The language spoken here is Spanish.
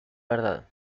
verdad